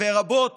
ורבות